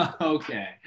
Okay